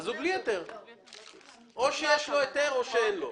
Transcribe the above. או שיש לו היתר או שאין לו.